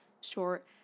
short